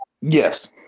yes